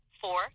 four